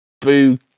Boo